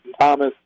Thomas